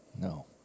No